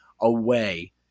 away